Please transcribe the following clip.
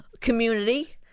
community